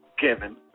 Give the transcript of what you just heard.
Kevin